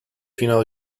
fino